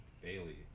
Bailey